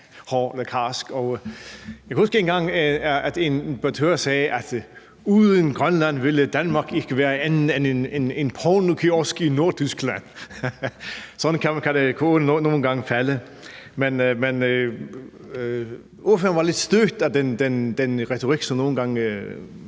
kan huske, at en importør engang sagde: Uden Grønland ville Danmark ikke være andet end en pornokiosk i Nordtyskland. Sådan kan ordene nogle gange falde. Ordføreren var lidt stødt af den retorik, som nogle gange